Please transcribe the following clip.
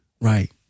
right